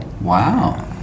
wow